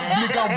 nigga